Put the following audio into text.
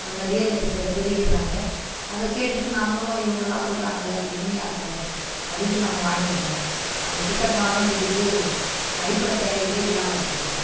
அந்த ரியல் எஸ்டேட்டை பெருகிர்றாங்க அதை கேட்டுவிட்டு நம்மளும் இவங்கள்லாம் சொல்லுறாங்களே அது உண்மையாக இருக்கும் அப்படின்ட்டு நம்ம வாங்கிடுறோம் அங்கே கிட்ட போனால்தான் தெரியுது அடிப்படை தேவைகளே இல்லாமல் இருக்குது